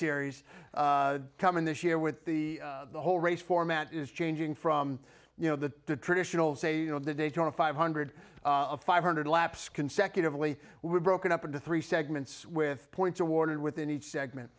series coming this year with the whole race format is changing from you know the traditional say you know the daytona five hundred five hundred laps consecutively we're broken up into three segments with points awarded within each segment